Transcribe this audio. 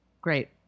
Great